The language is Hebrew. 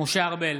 משה ארבל,